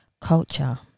culture